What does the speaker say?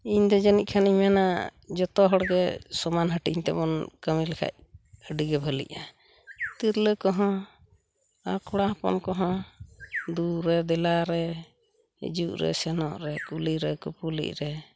ᱤᱧᱫᱚ ᱡᱟᱹᱱᱤᱡ ᱠᱷᱟᱱ ᱤᱧ ᱢᱮᱱᱟ ᱡᱚᱛᱚ ᱦᱚᱲᱜᱮ ᱥᱚᱢᱟᱱ ᱦᱟᱹᱴᱤᱝ ᱛᱮᱵᱚᱱ ᱠᱟᱹᱢᱤ ᱞᱮᱠᱷᱟᱡ ᱟᱹᱰᱤᱜᱮ ᱵᱷᱟᱞᱤᱜᱼᱟ ᱛᱤᱨᱞᱟᱹ ᱠᱚᱦᱚᱸ ᱠᱚᱲᱟ ᱟᱨ ᱦᱚᱯᱚᱱ ᱠᱚᱦᱚᱸ ᱫᱩᱨᱮ ᱫᱮᱞᱟᱨᱮ ᱦᱤᱡᱩᱜᱨᱮ ᱥᱮᱱᱚᱜᱨᱮ ᱠᱩᱞᱤᱨᱮ ᱠᱩᱯᱩᱞᱤᱜᱨᱮ